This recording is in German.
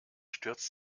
stürzt